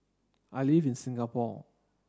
I live in Singapore